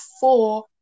four